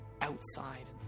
outside